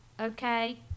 Okay